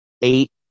eight